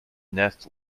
nest